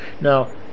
now